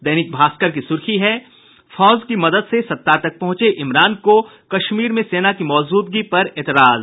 दैनिक भास्कर की सुर्खी है फौज की मदद से सत्ता तक पहुंचे इमरान को कश्मीर में सेना की मौजूदगी पर एतराज